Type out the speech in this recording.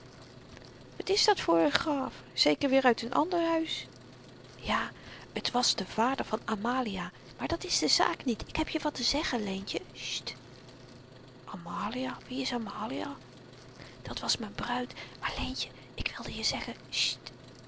wat is dat voor n graaf zeker weer uit n ander huis ja t was de vader van amalia maar dat is de zaak niet ik heb je wat te zeggen leentje sjt amalia wie is amalia dat was m'n bruid maar leentjen ik wilde je zeggen